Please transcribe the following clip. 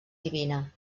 divina